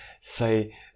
say